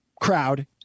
crowd